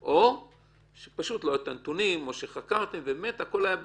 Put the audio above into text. או שלא היו את הנתונים או שחקרתם והכול היה בסדר,